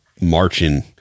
marching